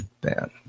bad